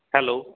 hello